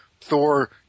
Thor